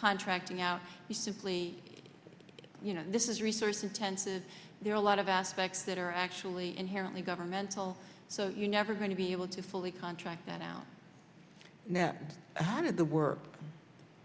contracting out you simply you know this is resource intensive there are a lot of aspects that are actually inherently governmental so you're never going to be able to fully contract that out no matter the work